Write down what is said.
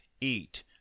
eat